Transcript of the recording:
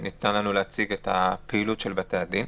שניתנה לנו להציג את הפעילות של בתי-הדין.